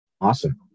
Awesome